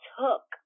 took